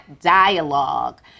dialogue